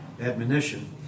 admonition